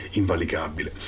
invalicabile